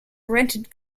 rented